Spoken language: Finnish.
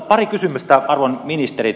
pari kysymystä arvon ministerit